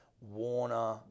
Warner